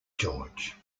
george